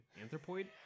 Anthropoid